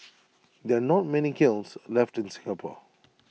there are not many kilns left in Singapore